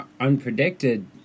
unpredicted